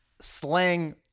slang